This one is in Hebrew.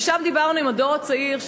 ושם דיברנו עם הדור הצעיר,